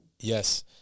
Yes